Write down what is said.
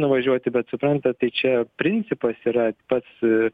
nuvažiuoti bet suprantat tai čia principas yra pats